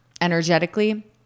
energetically